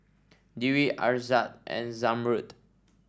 Dwi Aizat and Zamrud